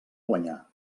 guanyar